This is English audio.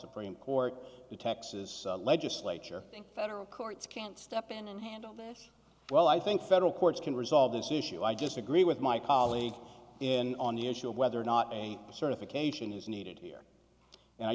supreme court the texas legislature and federal courts can't step in and handle this well i think federal courts can resolve this issue i disagree with my colleague in on the issue of whether or not a certification is needed here and i